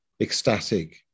ecstatic